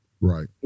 right